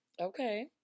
Okay